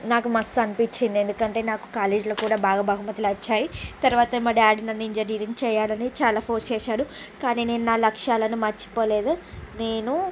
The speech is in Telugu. నాకు మస్తు అనిపిచ్చింది ఎందుకంటే నాకు కాలేజ్లో కూడా బాగా బహుమతులు వచ్చాయి తర్వాత మా డాడీ నన్ను ఇంజనీరింగ్ చెయ్యాలని చాలా ఫోర్స్ చేసాడు కానీ నేను నా లక్ష్యాలను మర్చిపోలేదు నేను